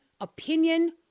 opinion